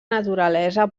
naturalesa